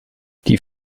die